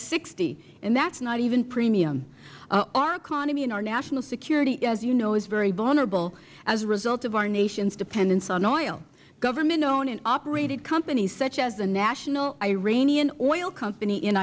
six and that is not even premium our economy and our national security as you know is very vulnerable as a result of our nation's dependence on oil government owned and operated companies such as the national iranian oil company in